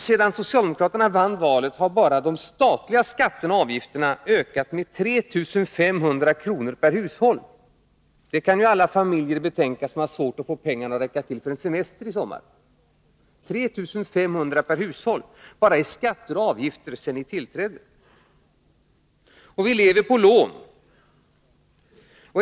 Sedan socialdemokraterna vann valet har bara de statliga skatterna och avgifterna ökat med 3 500 kr. per hushåll. Det kan ju alla familjer betänka som har svårt att få pengarna att räcka till för en semester i sommar. Det är 3 500 kr. per hushåll bara i skatter och avgifter sedan ni tillträdde. Och vi lever på lån.